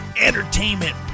entertainment